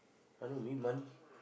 I know you need money